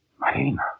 Marina